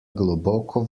globoko